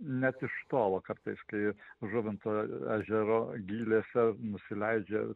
net iš tolo kartais kai žuvinto ežero gylėse nusileidžia